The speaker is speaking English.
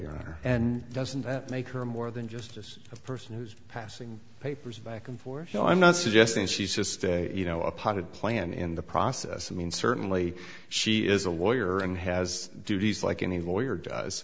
honor and doesn't that make her more than just a person who's passing papers back and forth so i'm not suggesting she's just a you know a potted plant in the process i mean certainly she is a lawyer and has duties like any lawyer